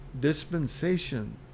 dispensation